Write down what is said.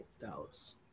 Dallas